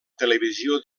televisió